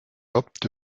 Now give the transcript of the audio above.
opte